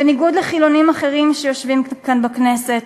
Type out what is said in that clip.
בניגוד לחילונים אחרים שיושבים כאן בכנסת,